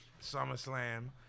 SummerSlam